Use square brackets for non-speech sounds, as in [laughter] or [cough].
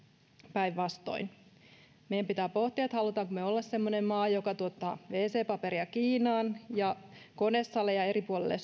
päinvastoin meidän pitää pohtia haluammeko me olla semmoinen maa joka tuottaa pelkästään wc paperia kiinaan ja konesaleja eri puolille [unintelligible]